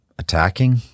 attacking